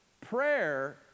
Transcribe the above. Prayer